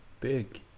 big